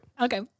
Okay